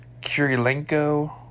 Kirilenko